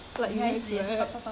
!aiya! whatever lah